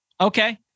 Okay